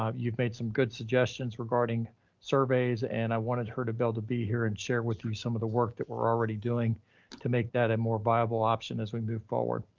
um you've made some good suggestions regarding surveys, and i wanted her to build a be here and share with you some of the work that we're already doing to make that a more viable option as we move forward.